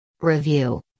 Review